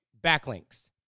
backlinks